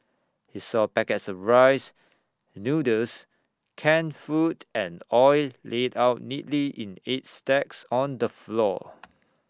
he saw packets of rice noodles canned food and oil laid out neatly in eight stacks on the floor